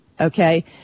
okay